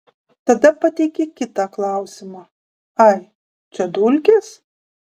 tada pateikė kitą klausimą ai čia dulkės